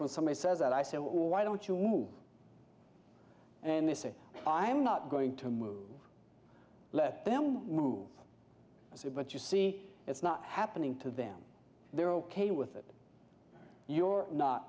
when somebody says that i said why don't you move and they say i am not going to move let them move but you see it's not happening to them they're ok with it you're not